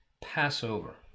Passover